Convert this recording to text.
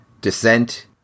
Descent